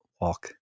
walk